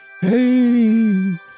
hey